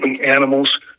animals